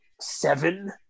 seven